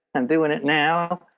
i'm doing it now.